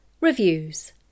Reviews